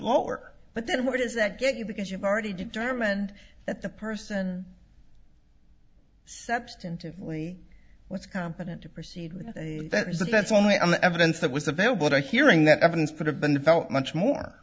lower but then where does that get you because you've already determined that the person substantively what's competent to proceed with that is that that's only on the evidence that was available to hearing that evidence could have been felt much more